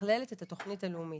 מתחללת את התוכנית הלאומית.